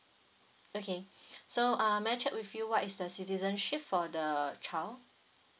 okay so uh may I check with you what is the citizenship for the child